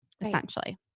essentially